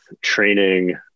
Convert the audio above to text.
training